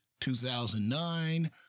2009